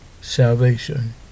salvation